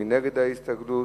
ההסתייגות?